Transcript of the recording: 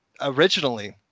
originally